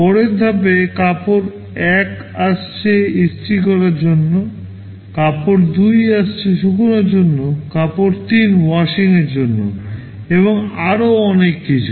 পরের ধাপে কাপড় 1 আসছে ইস্ত্রি করার জন্য কাপড় 2 আসছে শুকানোর জন্য কাপড় 3 ওয়াশিংয়ের জন্য এবং আরও অনেক কিছু